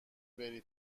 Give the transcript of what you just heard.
بری